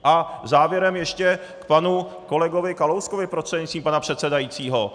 A závěrem ještě k panu kolegovi Kalouskovi prostřednictvím pana předsedajícího.